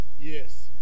Yes